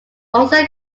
also